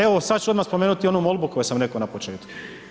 Evo sad ću odmah spomenuti onu molbu koju sam rekao na početku.